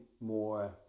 more